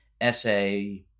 essay